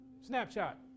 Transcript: Snapshot